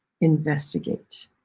investigate